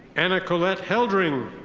anna colette heldring.